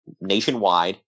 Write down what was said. nationwide